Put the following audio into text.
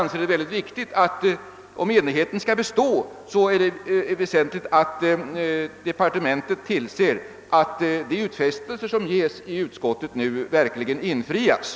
För att den enigheten skall bestå är det väsentligt att departementet ser till att de utfästelser som görs av utskottet verkligen infrias.